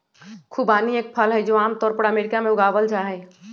खुबानी एक फल हई, जो आम तौर पर अमेरिका में उगावल जाहई